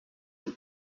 and